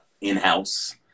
In-house